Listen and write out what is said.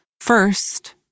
First